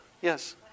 Yes